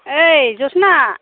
यै जसिना